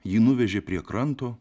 jį nuvežė prie kranto